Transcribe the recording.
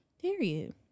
Period